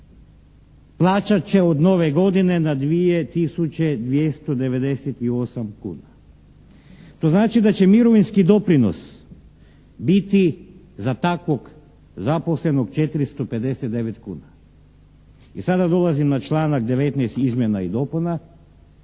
Plaćat će od nove godine na 2 tisuće 298 kuna. To znači da će mirovinski doprinos biti za takvog zaposlenog 459 kuna. I sada dolazim na članak 198. izmjena i dopuna